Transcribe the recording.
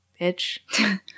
bitch